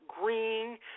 green